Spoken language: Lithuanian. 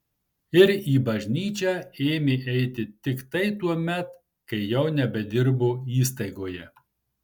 ir į bažnyčią ėmė eiti tiktai tuomet kai jau nebedirbo įstaigoje